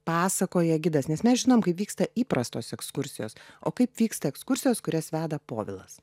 pasakoja gidas nes mes žinom kaip vyksta įprastos ekskursijos o kaip vyksta ekskursijos kurias veda povilas